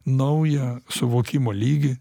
naują suvokimo lygį